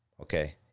okay